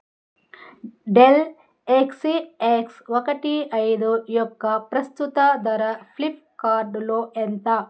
del XCX ఒకటి ఐదు యొక్క ప్రస్తుత ధర ఫ్లిఫ్కార్డులో ఎంత